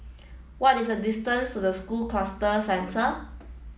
what is the distance to the School Cluster Centre